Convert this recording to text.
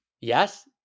Yes